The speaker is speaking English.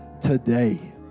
today